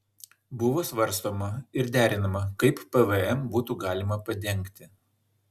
buvo svarstoma ir derinama kaip pvm būtų galima padengti